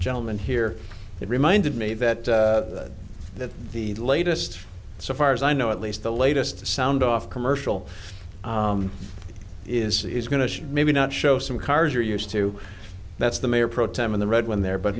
gentleman here it reminded me that that the latest so far as i know at least the latest sound off commercial is going to maybe not show some cars are used to that's the mayor pro tem of the red when there but